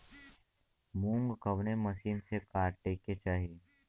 मूंग कवने मसीन से कांटेके चाही?